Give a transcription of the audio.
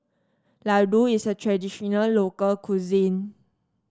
ladoo is a traditional local cuisine